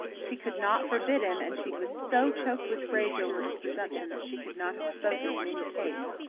she could not forbid him and she was so choked with rage over his presumption that she could not have spoken in any case.